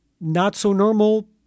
not-so-normal